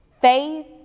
faith